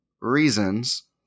reasons